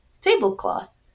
tablecloth